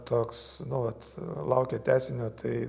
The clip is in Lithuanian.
toks nu vat laukėt tęsinio tai